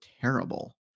terrible